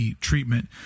treatment